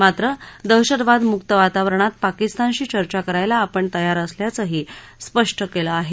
मात्र दहशतवाद मुक्त वातावरणात पाकिस्तानाशी चर्चा करायला आपण तयार असल्याचंही स्पष्ट केलं आहे